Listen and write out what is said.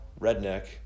Redneck